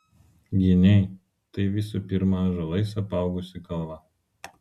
giniai tai visų pirma ąžuolais apaugusi kalva